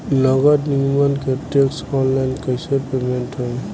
नगर निगम के टैक्स ऑनलाइन कईसे पेमेंट होई?